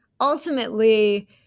ultimately